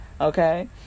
Okay